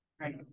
Right